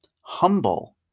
humble